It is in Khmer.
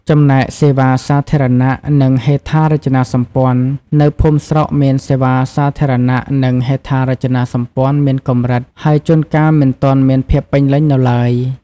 ចំណែក សេវាសាធារណៈ និងហេដ្ឋារចនាសម្ព័ន្ធ នៅភូមិស្រុកមាន សេវាសាធារណៈ និង ហេដ្ឋារចនាសម្ព័ន្ធ មានកម្រិត ហើយជួនកាលមិនទាន់មានភាពពេញលេញនៅឡើយ។